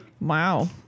Wow